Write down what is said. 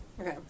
Okay